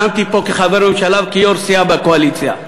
ונאמתי פה כחבר ממשלה וכיו"ר סיעה בקואליציה.